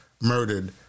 murdered